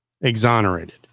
exonerated